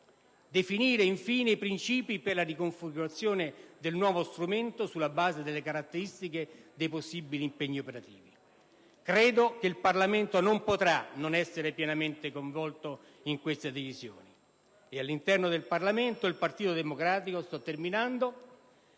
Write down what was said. definire infine i principi per la riconfigurazione del nuovo strumento sulla base delle caratteristiche dei possibili impegni operativi. Credo che il Parlamento non potrà non essere pienamente coinvolto in queste decisioni; il Partito Democratico è disponibile